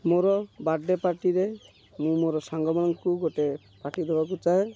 ମୋର ବାର୍ଡ଼େ ପାର୍ଟିରେ ମୁଁ ମୋର ସାଙ୍ଗମାନଙ୍କୁ ଗୋଟେ ପାର୍ଟି ଦେବାକୁ ଚାହେଁ